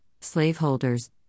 slaveholders